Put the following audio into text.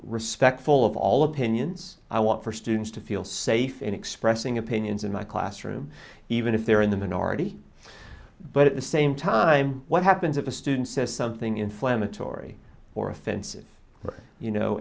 respectful of all opinions i want for students to feel safe in expressing opinions in my classroom even if they're in the minority but at the same time what happens if a student says something inflammatory or offensive or you know